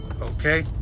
Okay